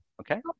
Okay